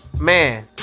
Man